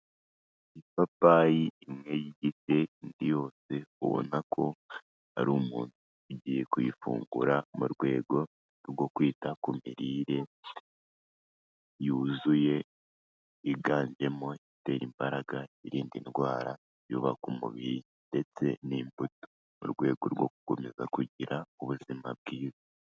Ipapayi imwe yigice indi yose ubona ko ari umuntu ugiye kuyifungura mu rwego rwo kwita ku mirire yuzuye iganjemo itera imbaraga, irinda indwara, iyubaka umubiri ndetse n'imbuto mu rwego rwo gukomeza kugira ubuzima bwiza.